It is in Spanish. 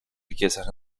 riquezas